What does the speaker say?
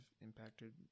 impacted